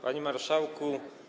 Panie Marszałku!